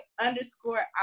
underscore